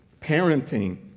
parenting